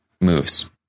moves